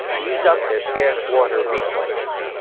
use up their scarce water resources.